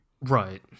Right